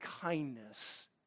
kindness